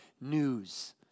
news